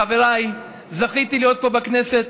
חבריי, זכיתי להיות פה בכנסת,